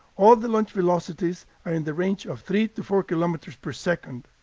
all the launch velocities are in the range of three to four kilometers per second.